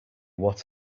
what